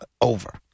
over